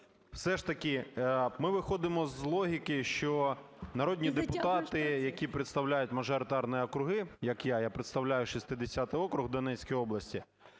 Все ж таки ми виходимо з логіки, що народні депутати, які представляють мажоритарні округи. Як я, я представляю 60 округ в Донецькій області.